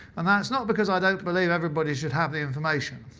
and that's not because i don't believe everybody should have the information.